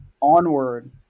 onward